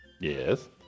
Yes